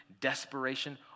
desperation